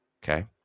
Okay